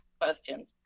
questions